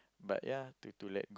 but ya to to let